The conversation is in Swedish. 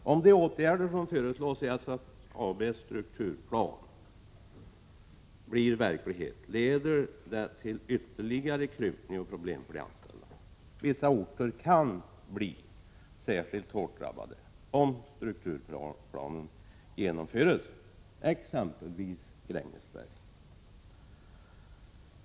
Om de åtgärder som föreslås i SSAB:s strukturplan blir verklighet, leder det till ytterligare krympning och problem för de anställda. Vissa orter kan bli särskilt hårt drabbade om strukturplanen genomförs, exempelvis Grängesberg.